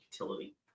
utility